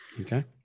Okay